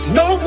no